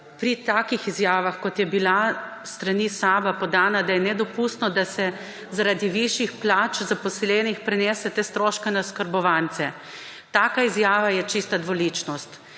pri takih izjavah, kot je bila s strani SAB-a podana, da je nedopustno, da se zaradi višjih plač zaposlenih prenese te stroške na oskrbovance. Taka izjava je čista dvoličnost!